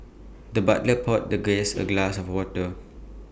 the butler poured the guest A glass of water